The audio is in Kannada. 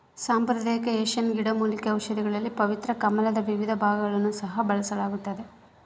ಸಾಂಪ್ರದಾಯಿಕ ಏಷ್ಯನ್ ಗಿಡಮೂಲಿಕೆ ಔಷಧಿಗಳಲ್ಲಿ ಪವಿತ್ರ ಕಮಲದ ವಿವಿಧ ಭಾಗಗಳನ್ನು ಸಹ ಬಳಸಲಾಗ್ತದ